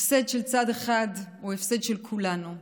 הפסד של צד אחד הוא הפסד של כולנו,